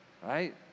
right